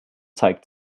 zeigt